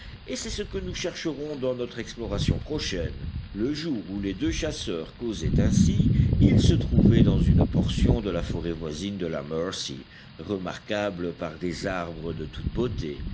et c'est ce que nous chercherons dans notre exploration prochaine le jour où les deux chasseurs causaient ainsi ils se trouvaient dans une portion de la forêt voisine de la mercy remarquable par des arbres de toute beauté